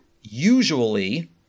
usually